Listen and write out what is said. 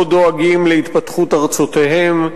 לא דואגים להתפתחות ארצותיהם,